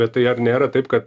bet tai ar nėra taip kad